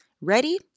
Ready